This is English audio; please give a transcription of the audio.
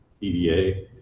EDA